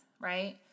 right